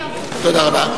תודה רבה.